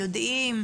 יודעים,